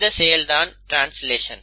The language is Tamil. இந்த செயல் தான் ட்ரான்ஸ்லேஷன்